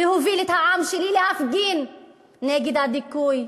להוביל את העם שלי להפגין נגד הדיכוי.